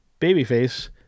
babyface